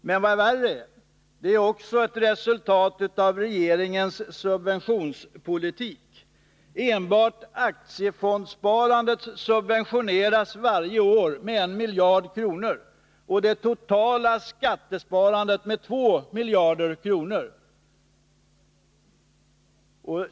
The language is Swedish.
Men värre är — och det är också ett resultat av regeringens subventioneringspolitik — att enbart aktiefondssparandet varje år subventioneras med 1 miljard kronor och det totala skattesparandet med 2 miljarder kronor.